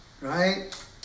right